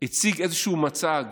הציג איזשהו מצג